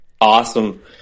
awesome